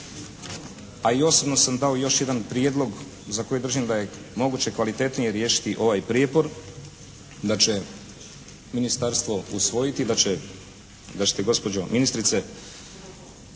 a i osobno sam dao još jedan prijedlog za koji držim da je moguće kvalitetnije riješiti ovaj prijepor, da će ministarstvo usvojiti, da ćete gospođo ministrice